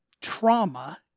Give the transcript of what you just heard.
trauma